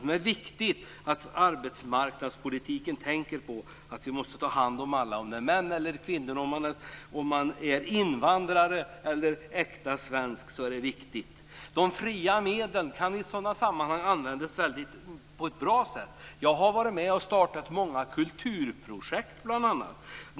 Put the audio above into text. Det är viktigt att man inom arbetsmarknadspolitiken tänker på att vi måste ta hand om alla människor - män eller kvinnor, invandrare eller äkta svenskar. De fria medlen kan i sådana sammanhang användas på ett bra sätt. Jag har varit med och startat bl.a. många kulturprojekt.